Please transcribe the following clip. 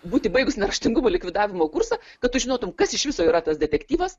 būti baigus neraštingumo likvidavimo kursą kad tu žinotum kas iš viso yra tas detektyvas